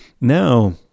Now